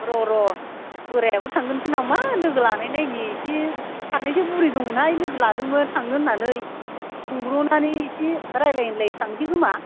र' र' बोरायाबो थांगोनसो नामा लोगो लालायनायनि एसे सानैजों बुरि दंमोनहाय लोगो लादोंमोन थांनो होन्नानै सोंब्रबनानै एसे रायलाय होनलाय थांसै खोमा